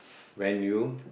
when you